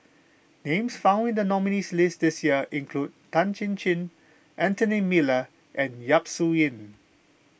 names found in the nominees' list this year include Tan Chin Chin Anthony Miller and Yap Su Yin